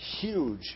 huge